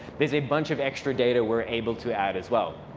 there's a bunch of extra data we're able to add as well.